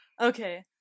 Okay